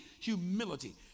humility